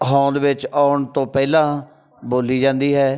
ਹੋਂਦ ਵਿੱਚ ਆਉਣ ਤੋਂ ਪਹਿਲਾਂ ਬੋਲੀ ਜਾਂਦੀ ਹੈ